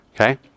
Okay